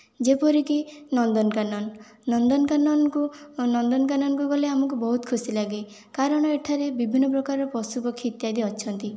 ଯେପରିକି ନନ୍ଦନକାନନ ନନ୍ଦନକାନନକୁ ନନ୍ଦନକାନନକୁ ଗଲେ ଆମକୁ ବହୁତ ଖୁସି ଲାଗେ କାରଣ ଏଠାରେ ବିଭିନ୍ନ ପ୍ରକାର ପଶୁପକ୍ଷୀ ଇତ୍ୟାଦି ଅଛନ୍ତି